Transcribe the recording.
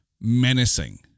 menacing